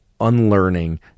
unlearning